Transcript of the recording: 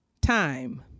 time